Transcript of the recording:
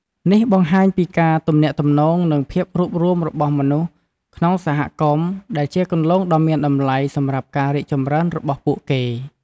នេះបង្ហាញពីការទំនាក់ទំនងនិងភាពរួបរួមរបស់មនុស្សក្នុងសហគមន៍ ដែលជាគន្លងដ៏មានតម្លៃសម្រាប់ការរីកចម្រើនរបស់ពួកគេ។